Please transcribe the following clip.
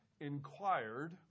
inquired